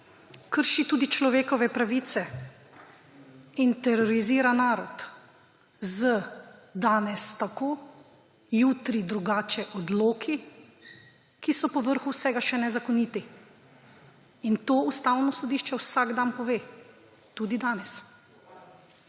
Krši tudi človekove pravice in terorizira narod z danes tako, jutri drugače odloki, ki so po vrhu vsega še nezakoniti, in to Ustavno sodišče vsak dan pove, tudi danes.